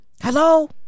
hello